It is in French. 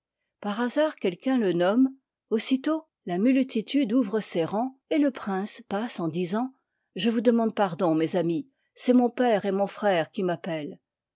à rd quelqu'un le nomme aussitôt la tue ses rangs et le prince passe xm i en disant je vous demande pard oii mes ami c'e it mon père et mon frère qui